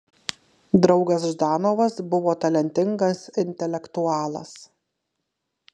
draugas ždanovas buvo talentingas intelektualas